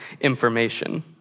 information